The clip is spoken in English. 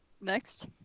Next